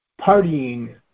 Partying